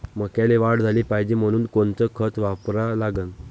मक्याले वाढ झाली पाहिजे म्हनून कोनचे खतं वापराले लागन?